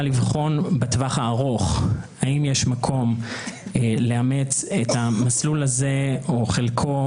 לבחון בטווח הארוך האם יש מקום לאמץ את המסלול הזה או חלקו